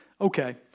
Okay